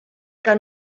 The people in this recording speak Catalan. que